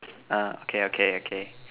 err okay okay okay